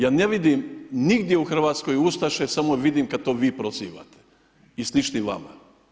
Ja ne vidim nigdje u Hrvatskoj ustaše samo vidim kada to vi prozivate i slični vama.